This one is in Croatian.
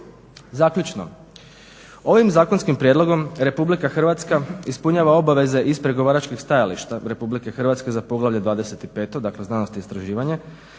Zaključno, ovim zakonskim prijedlogom Republika Hrvatska ispunjava obaveze iz pregovaračkih stajališta Republike Hrvatske za poglavlje 25.-Znanost i istraživanje